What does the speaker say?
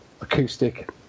acoustic